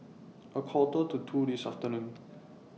A Quarter to two This afternoon